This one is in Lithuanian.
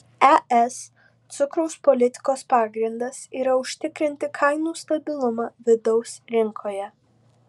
es cukraus politikos pagrindas yra užtikrinti kainų stabilumą vidaus rinkoje